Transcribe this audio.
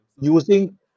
using